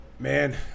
Man